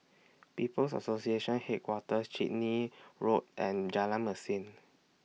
People's Association Headquarters Chitty Road and Jalan Mesin